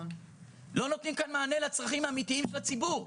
לא נותנים כאן מענה לצרכים האמיתיים של הציבור,